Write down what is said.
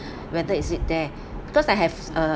whether is it there because I have a